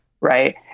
Right